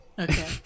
Okay